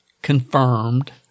Confirmed